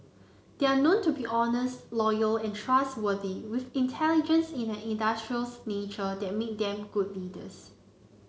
they are known to be honest loyal and trustworthy with intelligence and an industrious nature that make them good leaders